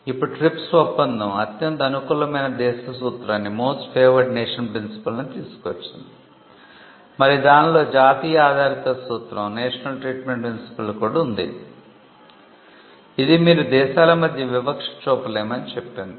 ఇప్పుడు TRIPS ఒప్పందం అత్యంత అనుకూలమైన దేశ సూత్రాన్నికూడా ఉంది ఇది మీరు దేశాల మధ్య వివక్ష చూపలేమని చెప్పింది